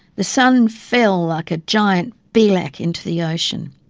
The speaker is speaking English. the sun fell like a giant belak into the ocean.